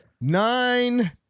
Nine